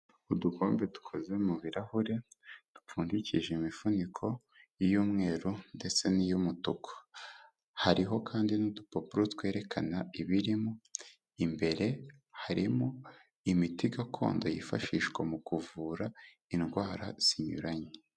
Udukombe dukoze mu birahuri dupfundikije imifuniko iy'umweru ndetse n'iy'umutuku, hariho kandi n'udupapuro twerekana ibirimo, imbere harimo imiti gakondo yifashishwa mu kuvura indwara zinyuranye.